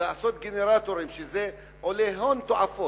היתה לעשות גנרטורים, שזה עולה הון תועפות,